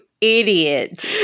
idiot